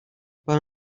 pas